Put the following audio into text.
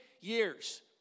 years